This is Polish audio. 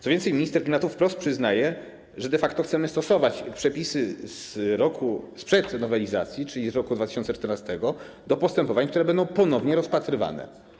Co więcej, minister klimatu wprost przyznaje, że de facto chcemy stosować przepisy sprzed nowelizacji, czyli z roku 2014, do postępowań, które będą ponownie rozpatrywane.